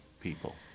people